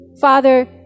Father